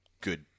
good